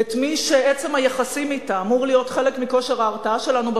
את מי שעצם היחסים אתה אמור להיות חלק מכושר ההרתעה שלנו,